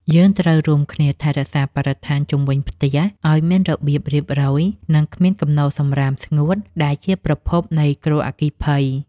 យើងត្រូវរួមគ្នាថែរក្សាបរិស្ថានជុំវិញផ្ទះឱ្យមានរបៀបរៀបរយ និងគ្មានគំនរសំរាមស្ងួតដែលជាប្រភពនៃគ្រោះអគ្គិភ័យ។